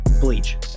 bleach